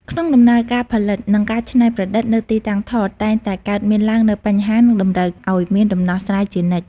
ក្នុងដំណើរការផលិត និងការច្នៃប្រឌិតនៅទីតាំងថត តែងតែកើតមានឡើងនូវបញ្ហា និងតម្រូវឲ្យមានដំណោះស្រាយជានិច្ច។